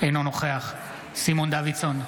אינו נוכח סימון דוידסון,